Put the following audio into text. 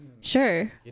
Sure